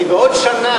כי בעוד שנה,